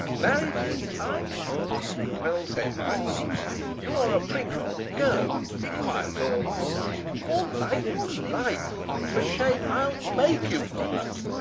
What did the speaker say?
marry, tis time well said, my hearts you are a princox go be quiet, or more light, more light for shame! i'll make you quiet.